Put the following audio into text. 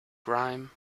grime